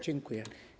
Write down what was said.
Dziękuję.